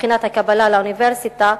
מבחינת הקבלה לאוניברסיטה,